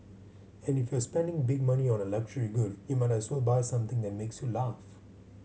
and if you're spending big money on a luxury good you might as well buy something that makes you laugh